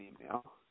email